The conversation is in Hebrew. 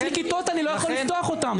יש לי כיתות אני לא יכול לפתוח אותן.